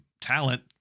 talent